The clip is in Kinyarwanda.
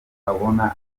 abona